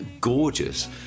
gorgeous